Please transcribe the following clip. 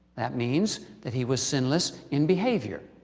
that means that he was sinless in behavior,